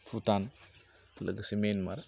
भुटान लोगोसे मेनमार